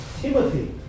Timothy